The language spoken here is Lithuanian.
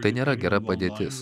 tai nėra gera padėtis